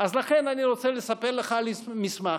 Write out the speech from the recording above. לכן, אני רוצה לספר לך על מסמך